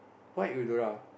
why Eudora